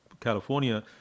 California